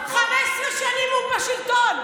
15 שנים הוא בשלטון.